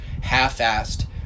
half-assed